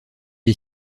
est